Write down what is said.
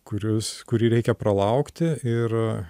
kuris kurį reikia pralaukti ir